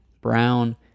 Brown